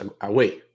away